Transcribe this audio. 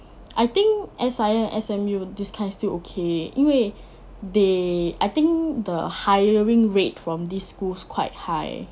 I think S_I_M S_M_U these kind still okay 因为 they I think the hiring rate from these schools quite high